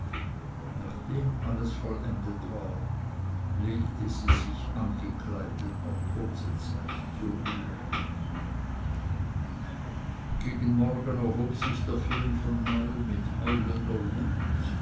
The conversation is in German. nachdem alles vollendet war legte sie sich angekleidet noch kurze zeit zur ruhe gegen morgen erhob sich der föhn von neuem mit heulender wut